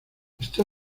está